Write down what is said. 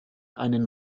einen